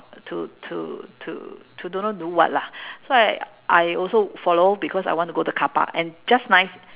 to to to to don't know do what lah so I I also follow because I want to go the carpark and just nice